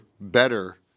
better